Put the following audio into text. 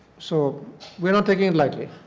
so we are not taking it likely.